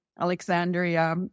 Alexandria